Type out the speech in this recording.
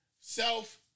Self